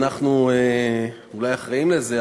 ואנחנו אולי אחראים לזה.